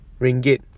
ringgit